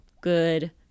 good